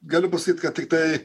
galiu pasakyt kad tiktai